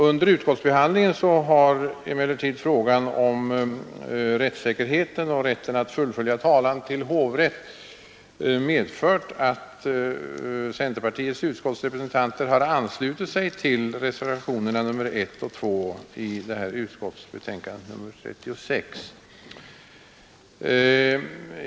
Under utskottsbehandlingen har emellertid överväganden i frågorna om rättssäkerheten och rätten att fullfölja talan till hovrätt medfört att centerpartiets utskottsrepresentanter anslutit sig till reservationerna 1 och 2 vid utskottets betänkande nr 36.